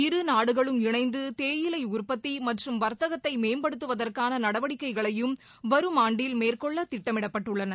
இருநாடுகளும் இணைந்து தேயிலை உற்பத்தி மற்றும் வர்த்தகத்தை மேம்படுத்துவற்கான நடவடிக்கைகளையும் வரும் ஆண்டில் மேற்கொள்ள திட்டமிட்டுள்ளன